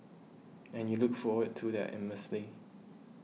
and you look forward to that immensely